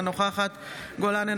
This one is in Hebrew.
אינה נוכחת מאי גולן,